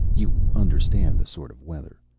you understand the sort of weather.